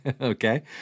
Okay